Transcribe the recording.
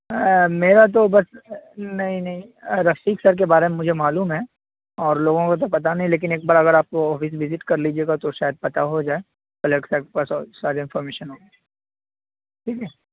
میرا تو بس نہیں نہیں رفیق سر کے بارے میں مجھے معلوم ہے اور لوگوں کو تو پتا نہیں لیکن ایک بار اگر آپ آفس وزٹ کر لیجیے گا تو شاید پتا ہو جائے کل کے پاس ساری انفارمیشن ہو ٹھیک ہے